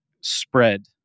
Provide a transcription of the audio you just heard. spread